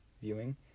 viewing